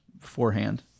beforehand